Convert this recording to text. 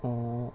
oh